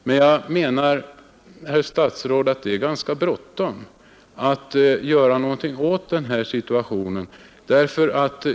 Men jag menar, herr statsråd, att det är ganska bråttom att göra någonting åt den här situationen.